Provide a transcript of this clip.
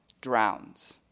drowns